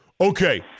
okay